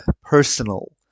personal